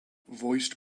voiced